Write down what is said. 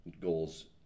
goals